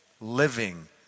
living